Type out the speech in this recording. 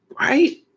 right